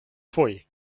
pfui